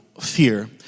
fear